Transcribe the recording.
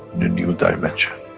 in a new dimension,